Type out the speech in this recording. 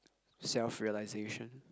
self-realisation